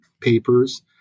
papers